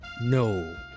No